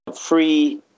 free